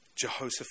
Jehoshaphat